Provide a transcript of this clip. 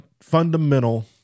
fundamental